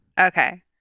Okay